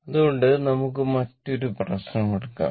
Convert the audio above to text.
അതുകൊണ്ട് നമുക്ക് മറ്റൊരു പ്രശ്നം എടുക്കാം